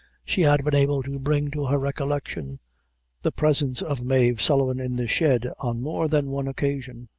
she had been able to bring to her recollection the presence of mave sullivan in the shed on more than one occasion.